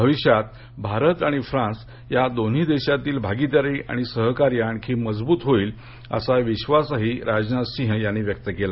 भविष्यात भारत आणि फ्रांस या दोन देशातील भागीदारी आणि सहकार्य आणखी मजबूत होईल असा विश्वासही राजनाथ सिंह यांनी व्यक्त केला